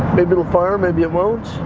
maybe it'll fire, maybe it won't.